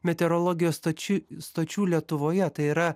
meteorologijos stočių stočių lietuvoje tai yra